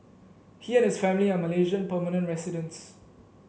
he and his family are Malaysian permanent residents